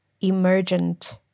emergent